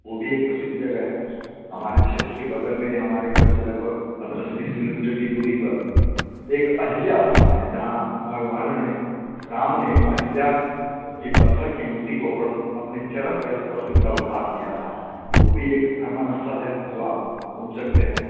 वो भी एक प्रसिद्ध जगह है हमारे क्षेत्र के बग़ल में हमारे घर से लगभग पंद्रह से बीस किलोमीटर की दूरी पर एक अहिल्या स्थान है जहाँ भगवान ने राम ने अहिल्या कइ पत्थर की मूर्ति को अपर्ण अपने चरण स्पर्श से उनका उद्धार किया था तो वो भी एक भ्रमण स्थल है जो आप घूम सकते हैं